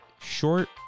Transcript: short